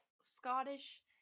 Scottish